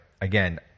again